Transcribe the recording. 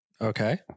Okay